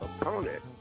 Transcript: opponent